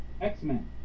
X-Men